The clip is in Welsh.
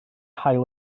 hail